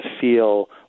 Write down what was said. feel